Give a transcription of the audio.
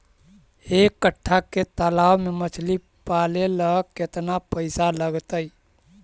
एक कट्ठा के तालाब में मछली पाले ल केतना पैसा लगतै?